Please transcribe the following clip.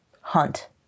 hunt